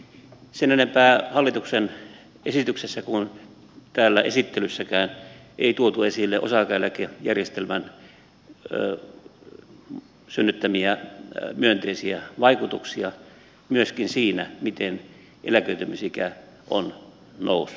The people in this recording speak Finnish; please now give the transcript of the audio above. sen enempää hallituksen esityksessä kuin täällä esittelyssäkään ei tuotu esille osa aikaeläkejärjestelmän synnyttämiä myönteisiä vaikutuksia myöskin siinä miten eläköitymisikä on noussut